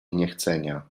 niechcenia